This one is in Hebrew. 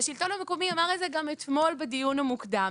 והשלטון המקומי אמר את זה גם אתמול בדיון המוקדם.